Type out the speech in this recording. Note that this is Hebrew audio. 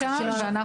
שנמצאת שם.